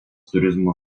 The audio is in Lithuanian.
turizmo